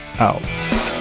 out